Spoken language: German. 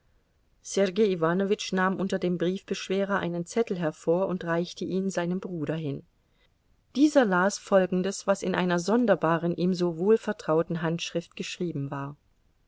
sergei iwanowitsch nahm unter dem briefbeschwerer einen zettel hervor und reichte ihn seinem bruder hin dieser las folgendes was in einer sonderbaren ihm so wohlvertrauten handschrift geschrieben war